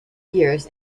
years